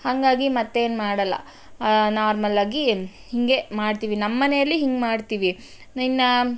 ಹಾಗಾಗಿ ಮತ್ತೆ ಏನು ಮಾಡಲ್ಲ ನಾರ್ಮಲ್ ಆಗಿ ಹೀಗೆ ಮಾಡ್ತೀವಿ ನಮ್ಮನೆಯಲ್ಲಿ ಹಿಂಗೆ ಮಾಡ್ತೀವಿ ಇನ್ನು